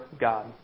God